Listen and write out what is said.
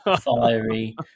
Fiery